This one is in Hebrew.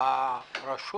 הרשות